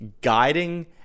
guiding